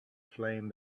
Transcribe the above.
flame